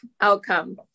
outcome